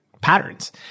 patterns